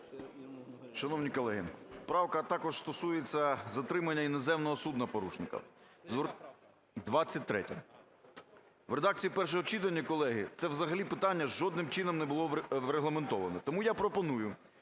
Шановні колеги, правка також стосується затримання іноземного судна-порушника, 23-я. В редакції першого читання, колеги, це взагалі питання жодним чином не було врегламентовано. Тому я пропоную,